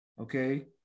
okay